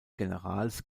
generals